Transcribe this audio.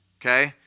Okay